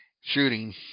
shooting